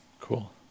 Cool